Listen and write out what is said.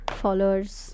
followers